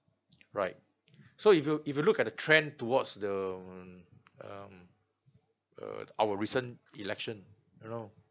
right so if you if you look at the trend towards the um uh our recent election you know